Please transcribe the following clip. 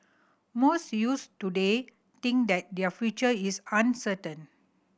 most youths today think that their future is uncertain